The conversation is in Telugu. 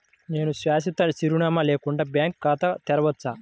నేను శాశ్వత చిరునామా లేకుండా బ్యాంక్ ఖాతా తెరవచ్చా?